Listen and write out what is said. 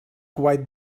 quite